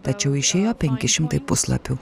tačiau išėjo penki šimtai puslapių